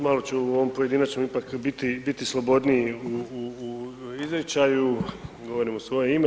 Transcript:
Malo ću u ovoj pojedinačnoj ipak biti slobodniji u izričaju, govorim u svoje ime.